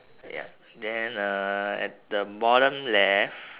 ya then uh at the bottom left